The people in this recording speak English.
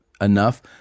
enough